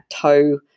toe